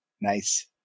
Nice